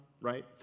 right